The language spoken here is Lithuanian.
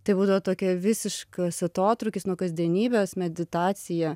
tai būdavo tokia visiškas atotrūkis nuo kasdienybės meditacija